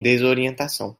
desorientação